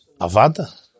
Avada